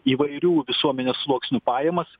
įvairių visuomenės sluoksnių pajamas